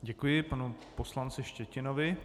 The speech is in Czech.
Děkuji panu poslanci Štětinovi.